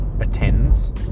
attends